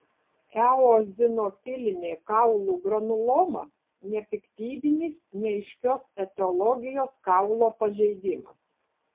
eozinofilinė kaulų granuloma nepiktybinis neaiškios etiologijos kaulo pažeidimas